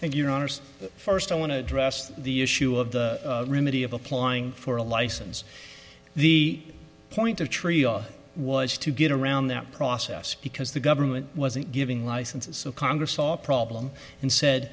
know honors first i want to address the issue of the remedy of applying for a license the point of tree was to get around that process because the government wasn't giving licenses so congress saw a problem and said